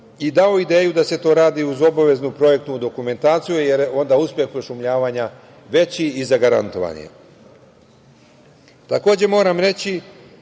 i dao ideju da se to radi uz obaveznu projektnu dokumentaciju, jer je onda uspeh pošumljavanja veći i zagarantovaniji. Takođe, moram reći